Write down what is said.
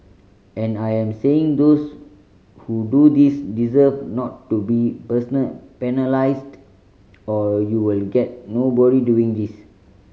and I am saying those who do this deserve not to be penalised or you will get nobody doing this